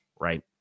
right